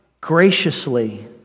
graciously